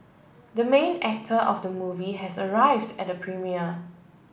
the main actor of the movie has arrived at the premiere